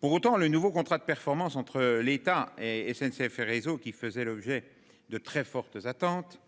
Pour autant, le nouveau contrat de performance entre l'état et SNCF et réseau qui faisait l'objet de très fortes attentes.--